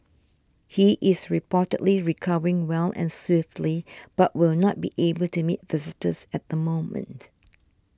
he is reportedly recovering well and swiftly but will not be able to meet visitors at the moment